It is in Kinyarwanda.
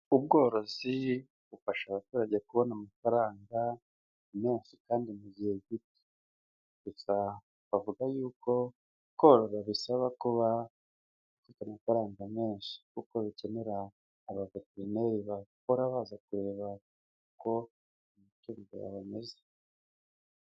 Ubworozi bufasha abaturage kubona amafaranga, menshi kandi mu gihe gito. Gusa bavuga yuko korora bisaba kuba ufite amafaranga menshi. Kuko bikenera abaveterineri bahora baza kureba uko amatungo yawe ameze.